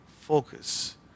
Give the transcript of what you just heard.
focus